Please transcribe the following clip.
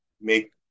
make